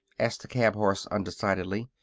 asked the cab-horse, undecidedly.